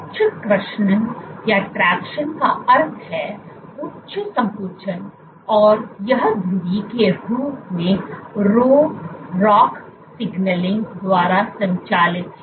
उच्च कर्षण का अर्थ है उच्च संकुचन और यह धुरी के रूप में रो रोक सिग्नल द्वारा संचालित है